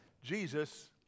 Jesus